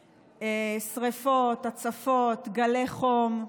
שרפות, הצפות, גלי חום.